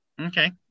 Okay